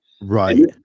right